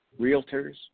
realtors